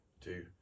two